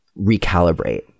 recalibrate